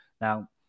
Now